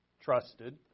trusted